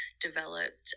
developed